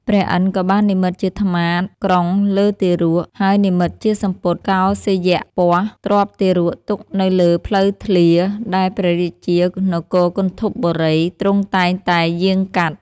ព្រះឥន្ទ្រក៏បាននិម្មិតជាត្មាតក្រុងលើទារក ហើយនិម្មិតជាសំពត់កោសេយ្យពស្ត្រទ្រាប់ទារកទុកនៅលើលើផ្លូវធ្លា ដែលព្រះរាជានគរគន្ធពបូរី ទ្រង់តែងតែយាងកាត់។